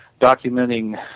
documenting